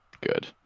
good